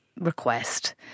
request